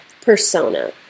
persona